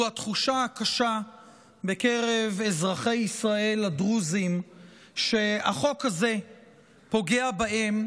הוא התחושה הקשה בקרב אזרחי ישראל הדרוזים שהחוק הזה פוגע בהם,